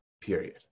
period